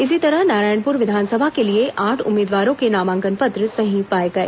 इसी तरह नारायणपुर विधानसभा के लिए आठ उम्मीदवारों के नामांकन पत्र सही पाए गए